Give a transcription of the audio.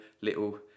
little